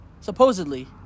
Supposedly